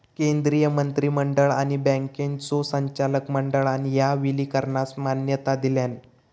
केंद्रीय मंत्रिमंडळ आणि बँकांच्यो संचालक मंडळान ह्या विलीनीकरणास मान्यता दिलान